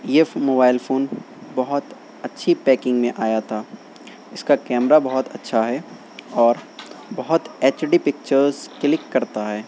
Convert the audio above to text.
یہ mobile phone بہت اچھی پیکنگ میں آیا تھا اس کا کیمرا بہت اچھا ہے اور بہت ایچ ڈی پکچرز کلک کرتا ہے